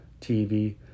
tv